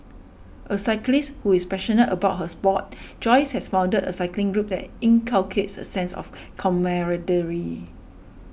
a cyclist who is passionate about her sport Joyce has founded a cycling group that inculcates a sense of camaraderie